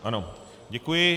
Ano, děkuji.